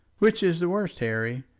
which is the worst, harry,